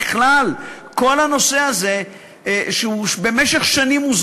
בכלל, כל הנושא הזה מוזנח במשך שנים.